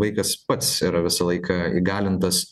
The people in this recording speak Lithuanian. vaikas pats yra visą laiką įgalintas